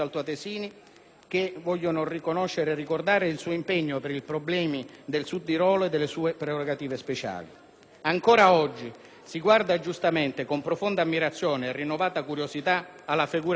che vogliono riconoscere e ricordare il suo impegno per i problemi del Sud Tirolo e delle sue prerogative speciali. Ancora oggi, si guarda giustamente, con profonda ammirazione e rinnovata curiosità, alla figura di Andreotti.